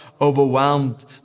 overwhelmed